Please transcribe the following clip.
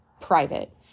private